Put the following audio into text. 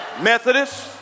Methodist